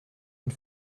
une